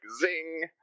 zing